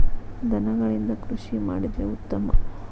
ದನಗಳಿಂದ ಕೃಷಿ ಮಾಡಿದ್ರೆ ಉತ್ತಮ